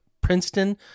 Princeton